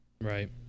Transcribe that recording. Right